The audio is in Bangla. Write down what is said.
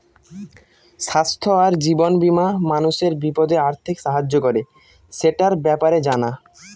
স্বাস্থ্য আর জীবন বীমা মানুষের বিপদে আর্থিক সাহায্য করে, সেটার ব্যাপারে জানা